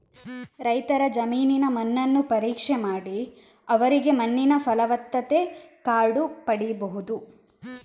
ರೈತರ ಜಮೀನಿನ ಮಣ್ಣನ್ನು ಪರೀಕ್ಷೆ ಮಾಡಿ ಅವರಿಗೆ ಮಣ್ಣಿನ ಫಲವತ್ತತೆ ಕಾರ್ಡು ಪಡೀಬಹುದು